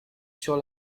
sur